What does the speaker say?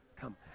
Come